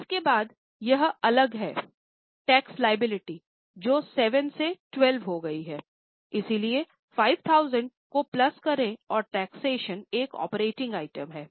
इसके बाद यह अलग है टैक्स लायबिलिटी एक ऑपरेटिंग आइटम है